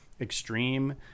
extreme